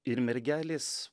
ir mergelės